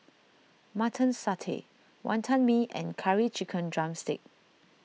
Mutton Satay Wantan Mee and Curry Chicken Drumstick